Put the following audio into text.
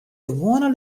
gewoane